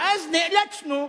ואז נאלצנו,